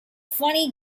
funny